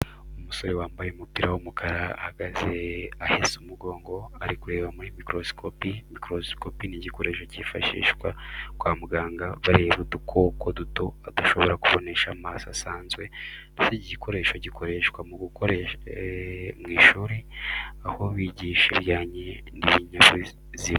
Umusore wambaye umupira w'umukara ahagaze ahese umugongo, ari kureba muri mikorosikopi. Mikorosikopi ni igikoresho kifashishwa kwa muganga bareba udukoko duto udashobora kubonesha amaso asanzwe ndetse iki gikoresho gishobora gukoreshwa ku mashuri, aho bigisha ibijyanye n'ibinyabuzima.